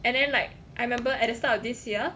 and then like I remember at the start of this year